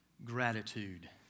Gratitude